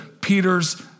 Peter's